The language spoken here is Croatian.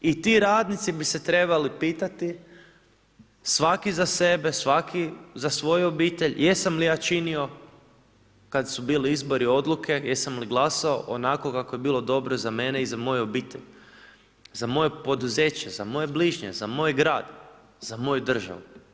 I ti radnici bi se trebali pitati svaki za sebe, svaki za svoj u obitelj jesam li ja činio kada su bili izbori odluke, jesam li glasao onako kako je bilo dobro za mene i za moju obitelj, za moje poduzeće, za moje bližnje, za moj grad, za moju državu.